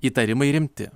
įtarimai rimti